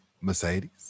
Mercedes